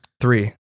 Three